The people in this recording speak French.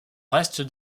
reste